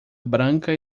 branca